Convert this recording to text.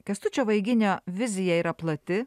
kęstučio vaiginio vizija yra plati